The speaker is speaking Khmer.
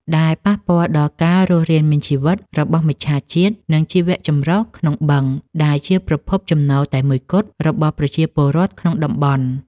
ដែលប៉ះពាល់ដល់ការរស់រានមានជីវិតរបស់មច្ឆជាតិ និងជីវៈចម្រុះក្នុងបឹង ដែលជាប្រភពចំណូលតែមួយគត់របស់ប្រជាពលរដ្ឋក្នុងតំបន់។